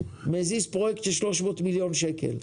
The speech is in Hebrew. מזיז פרויקט של 300 מיליון שקל.